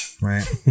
right